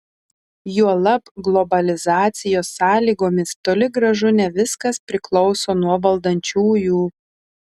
juolab globalizacijos sąlygomis toli gražu ne viskas priklauso nuo valdančiųjų